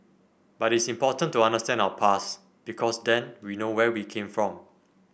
but it's important to understand our past because then we know where we came from